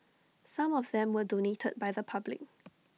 some of them were donated by the public